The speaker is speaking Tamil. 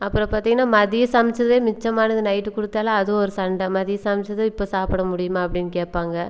அப்புறம் பார்த்தீங்கன்னா மதியம் சமைச்சதே மிச்சமானது நைட்டு கொடுத்தாலும் அது ஒரு சண்டை மதியம் சமைச்சதை இப்போ சாப்பிட முடியுமா அப்படின்னு கேட்பாங்க